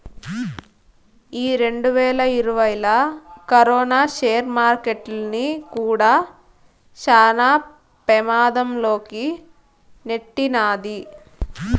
ఈ రెండువేల ఇరవైలా కరోనా సేర్ మార్కెట్టుల్ని కూడా శాన పెమాధం లోకి నెట్టినాది